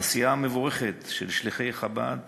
העשייה המבורכת של שליחי חב"ד